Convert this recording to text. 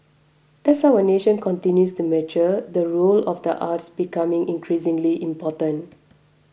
as our nation continues to mature the role of the arts becoming increasingly important